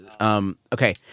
okay